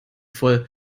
voll